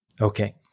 Okay